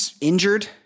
injured